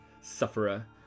sufferer